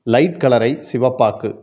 light கலரை சிவப்பாக்கு